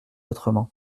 autrement